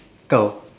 kau